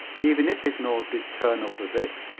even if his nose did turn up a bit,